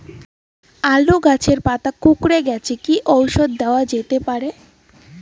আলু গাছের পাতা কুকরে গেছে কি ঔষধ দেওয়া যেতে পারে?